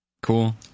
cool